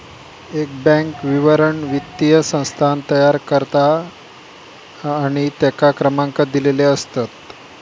एक बॅन्क विवरण वित्तीय संस्थान तयार करता आणि तेंका क्रमांक दिलेले असतत